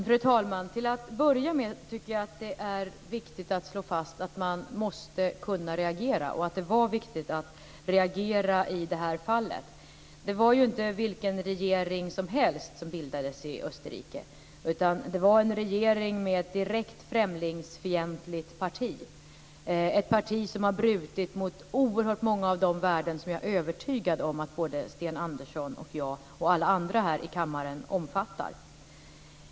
Fru talman! Till att börja med tycker jag att det är viktigt att slå fast att man måste kunna reagera och att det var viktigt att reagera i det här fallet. Det var ju inte vilken regering som helst som bildades i Österrike. Det var en regering med ett direkt främlingsfientligt parti, ett parti som har brutit mot oerhört många av de värden som jag är övertygad om att såväl Sten Andersson och jag som alla andra här i kammaren omfattar.